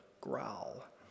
growl